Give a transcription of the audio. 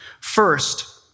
First